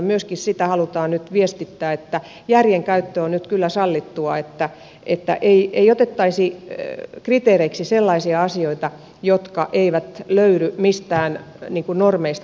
myöskin sitä halutaan nyt viestittää että järjen käyttö on kyllä sallittua että ei otettaisi kriteereiksi sellaisia asioita joita ei löydy mistään normeista tai laeista